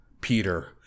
Peter